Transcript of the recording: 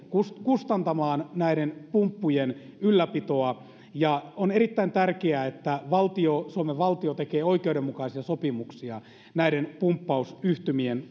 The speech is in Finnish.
kustantamaan näiden pumppujen ylläpitoa on erittäin tärkeää että suomen valtio tekee oikeudenmukaisia sopimuksia näiden pumppausyhtymien